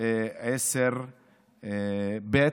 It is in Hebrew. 10 לחלופין ב',